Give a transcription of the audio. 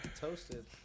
toasted